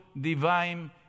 divine